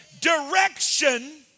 Direction